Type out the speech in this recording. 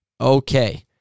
Okay